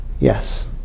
Yes